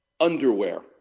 Underwear